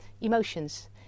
emotions